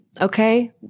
okay